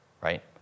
right